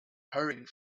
hurrying